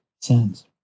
sins